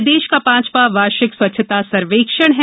यह देश का पांचवां वार्षिक स्वच्छता सर्वेक्षण है